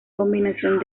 combinación